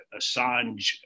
Assange